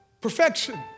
perfection